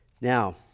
Now